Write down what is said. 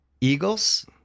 Eagles